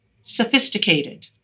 sophisticated